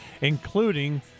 including